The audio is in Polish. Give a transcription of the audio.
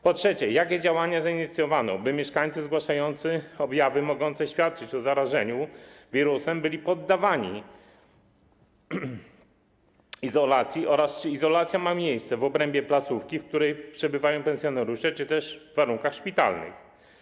Po trzecie, jakie działania zainicjowano, by mieszkańcy zgłaszający objawy mogące świadczyć o zarażeniu wirusem byli poddawani izolacji oraz czy izolacja ma miejsce w obrębie placówki, w której przebywają pensjonariusze, czy też w warunkach szpitalnych?